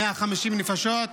150 נפשות.